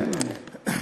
אין לנו.